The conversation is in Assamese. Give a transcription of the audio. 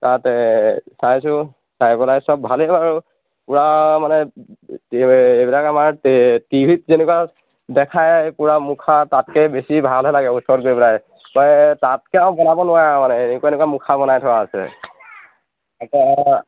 তাত চাইছোঁ চাই পেলাই চব ভালে বাৰু পুৰা মানে এইবিলাক আমাৰ টিভিত যেনেকুৱা দেখায় পুৰা মুখা তাতকৈ বেছি ভালহে লাগে ওচৰত গৈ পেলাই তাতকৈ আৰু বনাব নোৱাৰে আৰু মানে এনেকুৱা এনেকুৱা মুখা বনাই থোৱা আছে